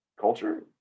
culture